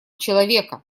человека